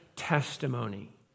testimony